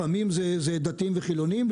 לפעמים אלה דתיים וחילונים,